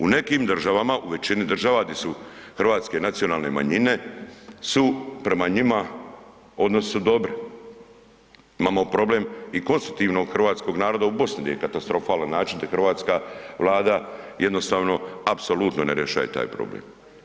U nekim državama, u većini država di su hrvatske nacionalne manjine su prema njima odnosi su dobri, imamo problem i konstitutivnog hrvatskog naroda u BiH-u gdje je na katastrofalan način, to hrvatska Vlada jednostavno apsolutno ne rješava taj problem.